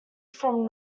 from